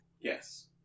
Yes